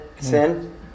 Sin